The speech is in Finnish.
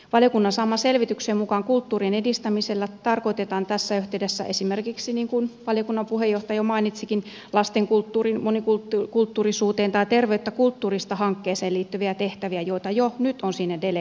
valiokunnan saaman selvityksen mukaan kulttuurin edistämisellä tarkoitetaan tässä yhteydessä esimerkiksi niin kuin valiokunnan puheenjohtaja jo mainitsikin lastenkulttuuriin monikulttuurisuuteen tai terveyttä kulttuurista hankkeeseen liittyviä tehtäviä joita jo nyt on sinne delegoitu